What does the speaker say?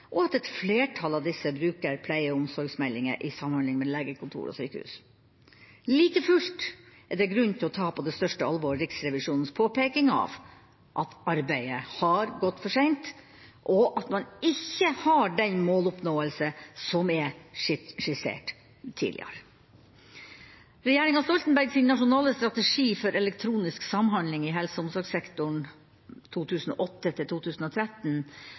og at et flertall av disse bruker pleie- og omsorgsmeldinger i samhandling med legekontor og sykehus. Like fullt er det grunn til å ta på det største alvor Riksrevisjonens påpeking av at arbeidet har gått for seint, og at man ikke har den måloppnåelsen som er skissert tidligere. Regjeringa Stoltenbergs Nasjonal strategi for elektronisk samhandling i helse- og omsorgssektoren